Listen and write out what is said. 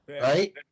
Right